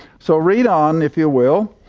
so read on if you will,